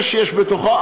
אש בתוכו,